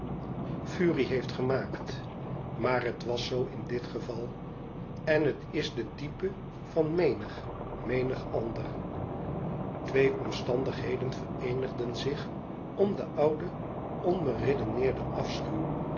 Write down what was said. furie heeft gemaakt maar het was zoo in dit geval en het is de type van menig menig ander twee omstandigheden vereenigden zich om den ouden